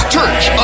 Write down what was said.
Church